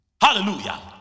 Hallelujah